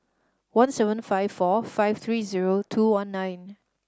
one seven five four five three zero two one nine